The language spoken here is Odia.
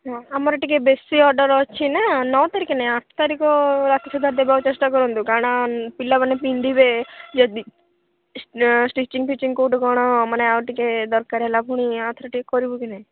ହଁ ଆମର ଟିକିଏ ବେଶୀ ଅର୍ଡ଼ର ଅଛି ନା ନଅ ତାରିଖ ନାହିଁ ଆଠ ତାରିଖ ରାତି ସୁଦ୍ଧା ଦେବାକୁ ଚେଷ୍ଟା କରନ୍ତୁ କାରଣ ପିଲାମାନେ ପିନ୍ଧିବେ ଯଦି ସ୍ଟିଚିଙ୍ଗ ଫିଚିଙ୍ଗ କେଉଁଠୁ କ'ଣ ମାନେ ଆଉ ଟିକିଏ ଦରକାର ହେଲା ଫୁଣି ଆଉଥରେ ଟିକିଏ କରିବୁ କି ନାହିଁ